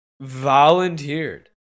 volunteered